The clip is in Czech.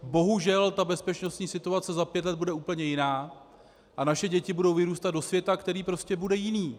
Bohužel bezpečnostní situace za pět let bude úplně jiná a naše děti budou vyrůstat do světa, který prostě bude jiný.